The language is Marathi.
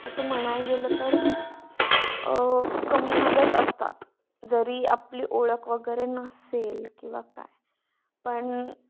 असं म्हणायला गेलं तर कमीमध्येच असतात जरी आपली ओळख वगैरे नसेल किंवा काय पण